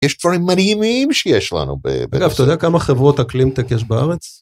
יש דברים מדהימים שיש לנו. אגב, אתה יודע כמה חברות אקלים-טק בארץ?